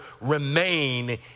remain